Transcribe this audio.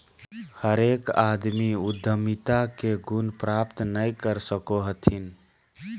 हरेक आदमी उद्यमिता के गुण प्राप्त नय कर सको हथिन